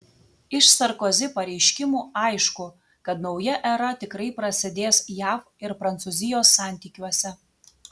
iš sarkozi pareiškimų aišku kad nauja era tikrai prasidės jav ir prancūzijos santykiuose